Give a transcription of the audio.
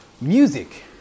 music